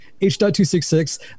H.266